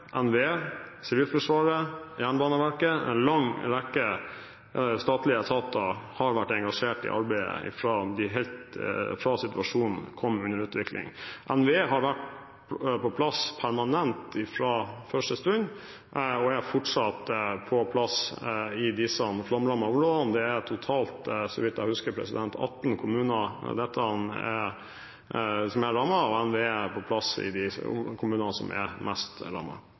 NVE, Sivilforsvaret, Jernbaneverket – en lang rekke statlige etater har vært engasjert i arbeidet fra situasjonen utviklet seg. NVE har vært på plass permanent fra første stund og er fortsatt på plass i disse flomrammede områdene. Det er totalt, så vidt jeg husker, 18 kommuner som er rammet, og NVE er på plass i de kommunene som er mest